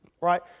Right